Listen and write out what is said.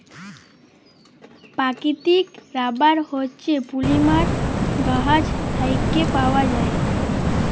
পাকিতিক রাবার হছে পলিমার গাহাচ থ্যাইকে পাউয়া যায়